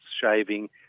shaving